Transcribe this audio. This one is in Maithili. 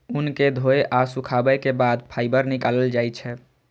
ऊन कें धोय आ सुखाबै के बाद फाइबर निकालल जाइ छै